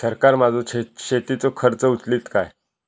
सरकार माझो शेतीचो खर्च उचलीत काय?